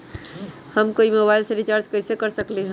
हम कोई मोबाईल में रिचार्ज कईसे कर सकली ह?